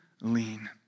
lean